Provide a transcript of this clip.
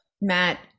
Matt